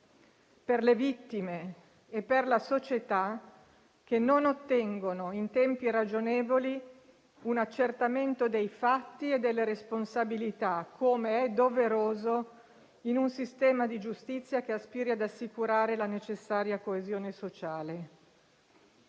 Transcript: per le vittime e per la società, che non ottengono in tempi ragionevoli un accertamento di fatti ed eventuali responsabilità, com'è doveroso in un sistema di giustizia che aspiri ad assicurare la necessaria coesione sociale.